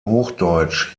hochdeutsch